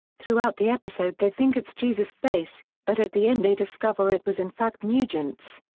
throughout the episode they think it's jesus' face, but at the end they discover it was in fact nugent's.